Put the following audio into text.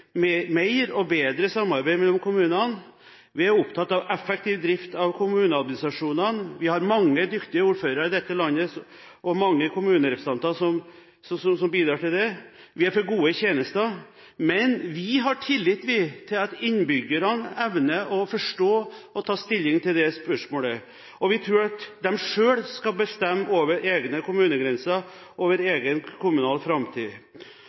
mellom kommunene, vi er opptatt av effektiv drift av kommuneadministrasjonene – vi har mange dyktige ordførere og kommunestyrerepresentanter i dette landet som bidrar til det – og vi er for gode tjenester. Men vi har tillit til at innbyggerne evner å forstå og ta stilling til det spørsmålet, og vi tror at de selv skal bestemme over egne kommunegrenser, over egen kommunal framtid.